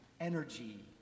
energy